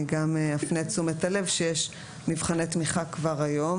אני גם אפנה את תשומת הלב שיש מבחני תמיכה כבר היום.